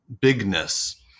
bigness